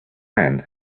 man